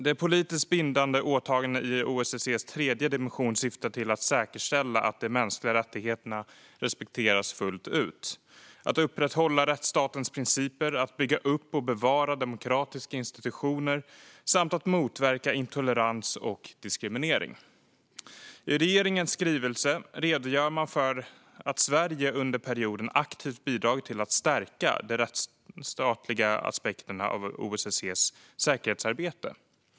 De politiskt bindande åtagandena i OSSE:s tredje dimension syftar till att säkerställa att de mänskliga rättigheterna respekteras fullt ut, att upprätthålla rättsstatens principer, att bygga upp och bevara demokratiska institutioner samt att motverka intolerans och diskriminering. I regeringens skrivelse redogör man för att Sverige under perioden aktivt har bidragit till att stärka de rättsstatliga aspekterna av OSSE:s säkerhetsarbete.